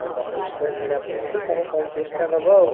ଆଉ ବତିଶ ଟଙ୍କା କିଣା ପଡ଼ିଛି ତମେ ପଇଁତିରିଶ ଟଙ୍କା ଦେବ ଆଉ